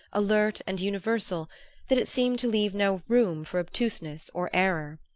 alert and universal that it seemed to leave no room for obtuseness or error.